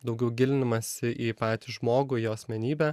daugiau gilinamasi į patį žmogų į jo asmenybę